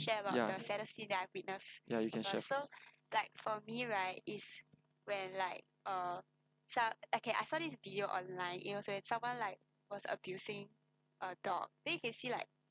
ya you can share first